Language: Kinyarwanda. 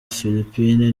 philippines